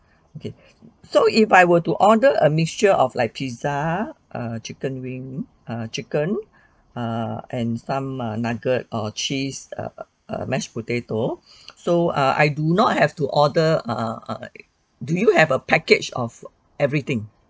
okay so if I were to order a mixture of like pizza err chicken wing err chicken err and some err nugget or cheese err a mashed potato so err I do not have to order err err do you have a package of everything